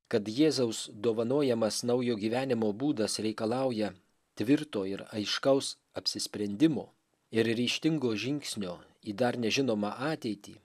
kad jėzaus dovanojamas naujo gyvenimo būdas reikalauja tvirto ir aiškaus apsisprendimo ir ryžtingo žingsnio į dar nežinomą ateitį